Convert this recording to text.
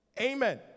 Amen